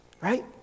Right